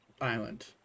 island